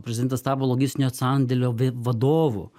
prezidentas tapo logistinio sandėlio ve vadovu